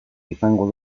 izango